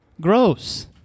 Gross